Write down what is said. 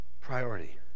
priority